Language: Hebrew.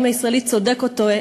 אם הישראלי צודק או טועה.